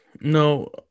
no